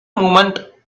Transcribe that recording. moment